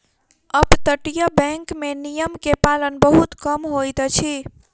अपतटीय बैंक में नियम के पालन बहुत कम होइत अछि